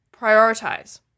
Prioritize